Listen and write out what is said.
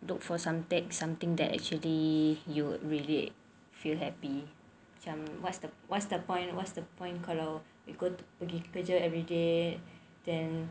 look for somethi~ something that actually you would really feel happy macam what's the what's the point what's the point kalau kau pergi kerja everyday then